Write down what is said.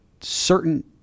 certain